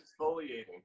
exfoliating